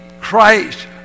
Christ